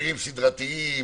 מפרים סדרתיים,